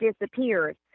disappeared